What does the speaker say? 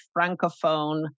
francophone